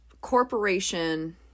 corporation